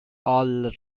all